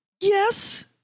yes